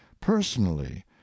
personally